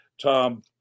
Tom